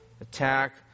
attack